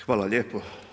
Hvala lijepo.